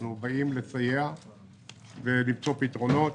אנחנו באים לסייע ולמצוא פתרונות.